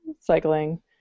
cycling